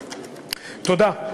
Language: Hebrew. תודה.